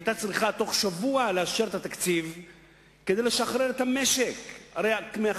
היא היתה צריכה בתוך שבוע לאשר את התקציב כדי לשחרר את המשק.